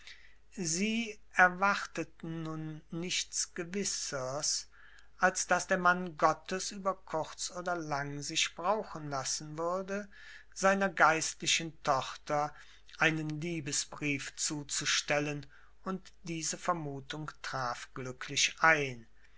sie erwarteten nun nichts gewissers als daß der mann gottes über kurz oder lang sich brauchen lassen würde seiner geistlichen tochter einen liebesbrief zuzustellen und diese vermutung traf glücklich ein